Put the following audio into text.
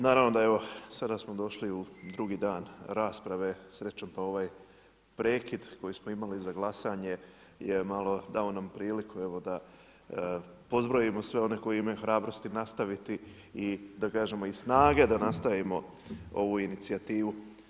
Naravno da evo sada smo došli u drugi dan rasprave, srećom pa ovaj prekid koji smo imali za glasanje je malo dao nam prilike da pozbrojimo sve one koji imaju hrabrosti nastaviti i da kažemo snage da nastavimo ovu inicijativu.